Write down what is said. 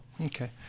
okay